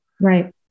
Right